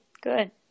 good